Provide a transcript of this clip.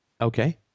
Okay